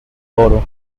oro